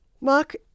Mark